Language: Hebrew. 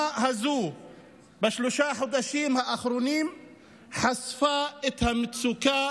בשלושת החודשים האחרונים המלחמה הזאת חשפה את המצוקה